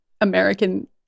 american